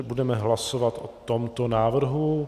Budeme hlasovat o tomto návrhu.